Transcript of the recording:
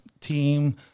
team